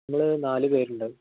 നമ്മള് നാല് പേരുണ്ടാകും